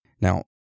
Now